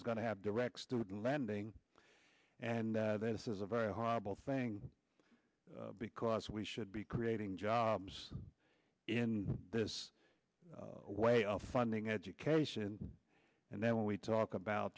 is going to have direct student landing and this is a very horrible thing because we should be creating jobs in this way of funding education and then when we talk about